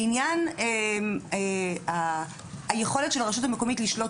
לעניין היכולת של הרשות המקומית לשלוט